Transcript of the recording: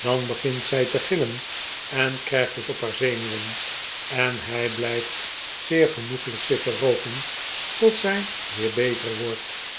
dan begint zij te gillen en krijgt het op haar zenuwen en hij blijft zeer genoeglijk zitten rooken tot zij weer beter wordt